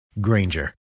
Granger